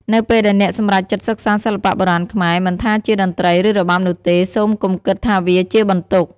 នៅពេលដែលអ្នកសម្រេចចិត្តសិក្សាសិល្បៈបុរាណខ្មែរ មិនថាជាតន្ត្រី ឬរបាំនោះទេ សូមកុំគិតថាវាជាបន្ទុក។